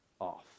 off